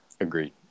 Agreed